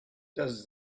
does